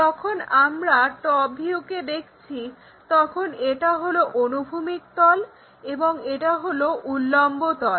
যখন আমরা টপ ভিউকে দেখছি তখন এটা হলো অনুভূমিক তল এবং এটা হলো উল্লম্ব তল